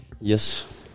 Yes